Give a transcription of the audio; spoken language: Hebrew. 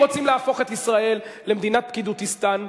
אם רוצים להפוך את ישראל למדינת "פקידותיסטן",